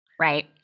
Right